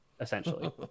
essentially